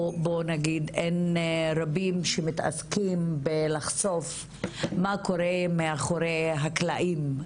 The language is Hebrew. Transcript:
או בואו נגיד אין רבים שמתעסקים בלחשוף מה קורה מאחורי הקלעים.